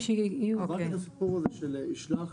רק את הסיפור הזה של יישלח